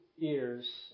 ears